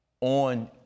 on